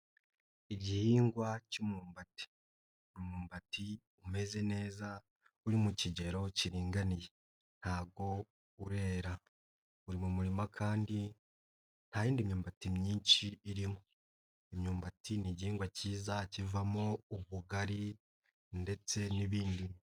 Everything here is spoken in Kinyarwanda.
Igihingwa cy'umwumbati, umwumbati umeze neza uri mu kigero kiringaniye ntago urera, uri mu murima kandi nta yindi myumbati myinshi irimo. Imyumbati ni igihingwa cyiza kivamo ubugari ndetse n'ibindi.